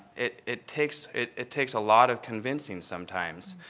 it it takes, it it takes a lot of convincing sometimes.